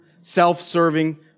self-serving